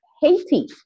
Haiti